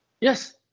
Yes